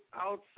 outside